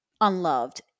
unloved